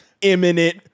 Imminent